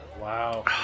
wow